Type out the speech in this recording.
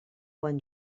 quan